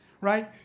right